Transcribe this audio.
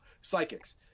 psychics